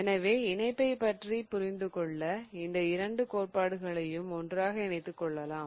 எனவே இணைப்பைப் பற்றி புரிந்துகொள்ள இந்த இரண்டு கோட்பாடுகளையும் ஒன்றாக இணைத்துக் கொள்ளலாம்